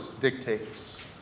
dictates